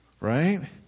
Right